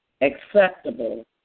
acceptable